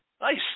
Nice